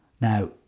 now